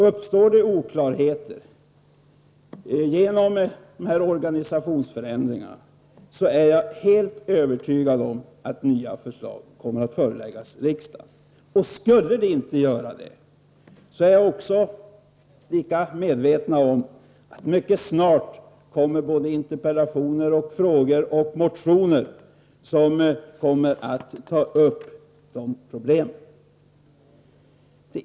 Om oklarheter skulle uppstå till följd av de här organisationsförändringarna, kommer — det är jag helt övertygad om — nya förslag att föreläggas riksdagen. Om det inte skulle bli så, kommer problemen i alla fall mycket snart — det är jag också övertygad om — att tas upp i interpellationer, frågor eller motioner.